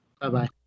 Bye-bye